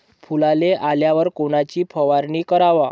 फुलाले आल्यावर कोनची फवारनी कराव?